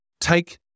Take